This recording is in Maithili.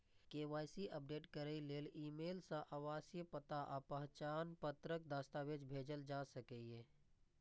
के.वाई.सी अपडेट करै लेल ईमेल सं आवासीय पता आ पहचान पत्रक दस्तावेज भेजल जा सकैए